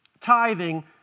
tithing